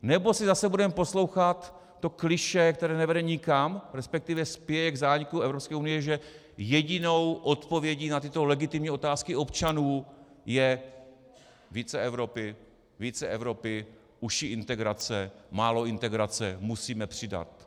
Nebo si zase budeme poslouchat to klišé, které nevede nikam, resp. spěje k zániku EU, že jedinou odpovědí na tyto legitimní otázky občanů je více Evropy, více Evropy, užší integrace, málo integrace, musíme přidat.